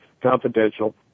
confidential